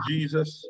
Jesus